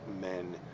men